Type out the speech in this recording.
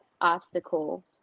obstacle